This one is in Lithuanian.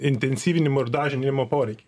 intensyvinimo ir dažymo poreikiai